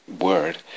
word